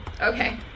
Okay